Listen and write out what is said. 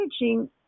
imaging